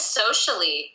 socially